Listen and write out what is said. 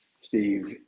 Steve